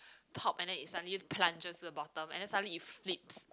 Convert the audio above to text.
top and then it suddenly plunges to the bottom and then suddenly it flips